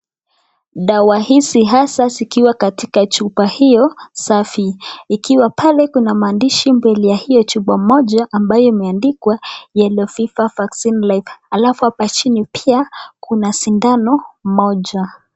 Dawa hizi haswa zikiwa katika chupa hiyo safi; ikiwa pale kuna maandishi mbele ya hiyo chupa moja ambayo imeandikwa Yellow Fever Vaccine Live . Halafu hapa chini pia kuna sindano moja.